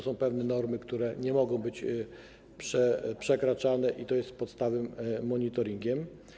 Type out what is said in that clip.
Są pewne normy, które nie mogą być przekraczane, i to jest pod stałym monitoringiem.